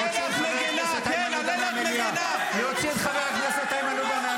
אני מבקש להוציא את חבר הכנסת איימן עודה.